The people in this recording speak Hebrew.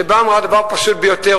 שבאה ואמרה דבר פשוט ביותר,